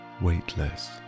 weightless